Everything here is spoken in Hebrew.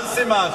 מה סימן?